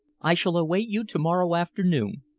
i shall await you to-morrow afternoon.